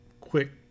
quick